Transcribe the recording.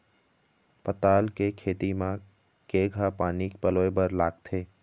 पताल के खेती म केघा पानी पलोए बर लागथे?